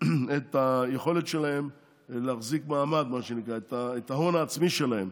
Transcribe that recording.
את היכולת שלהם להחזיק מעמד, את ההון העצמי שלהם.